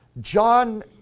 John